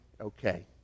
okay